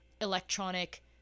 electronic